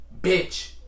Bitch